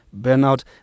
burnout